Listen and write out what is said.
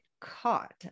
caught